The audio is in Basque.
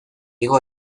igo